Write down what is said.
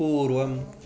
पूर्वम्